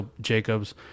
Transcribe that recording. Jacobs